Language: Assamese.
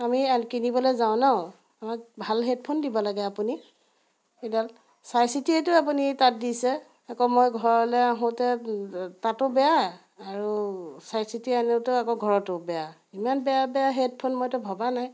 আমি কিনিবলৈ যাওঁ ন' আমাক ভাল হেডফোন দিব লাগে আপুনি এইডাল চাই চিতিয়েইতো আপুনি তাত দিছে আকৌ মই ঘৰলৈ আহোঁতে তাতো বেয়া আৰু চাই চিতি আনোতে আকৌ ঘৰতো বেয়া ইমান বেয়া বেয়া হেডফোন মইতো ভবা নাই